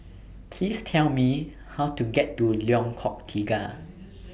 Please Tell Me How to get to Lengkok Tiga